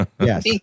Yes